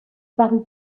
parut